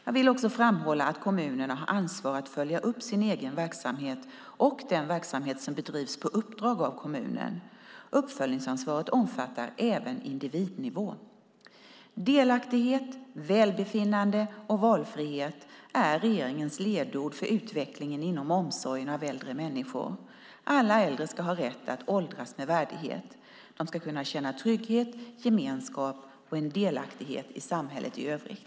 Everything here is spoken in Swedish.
Jag vill också framhålla att kommunerna har ansvar för att följa upp sin egen verksamhet och den verksamhet som bedrivs på uppdrag av kommunen. Uppföljningsansvaret omfattar även individnivå. Delaktighet, välbefinnande och valfrihet är regeringens ledord för utvecklingen inom omsorgen om äldre människor. Alla äldre ska ha rätt att åldras med värdighet. De ska kunna känna trygghet, gemenskap och en delaktighet i samhället i övrigt.